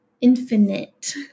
infinite